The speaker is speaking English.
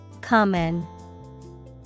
Common